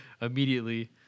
immediately